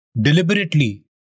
deliberately